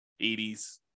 80s